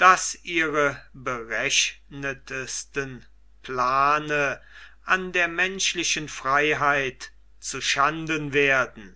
daß ihre berechnetsten plane an der menschlichen freiheit zu schanden werden